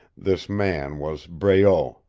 this man was breault,